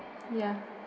ya